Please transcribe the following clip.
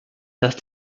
dass